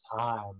time